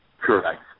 Correct